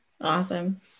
Awesome